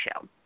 show